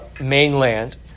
Mainland